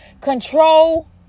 Control